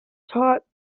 taught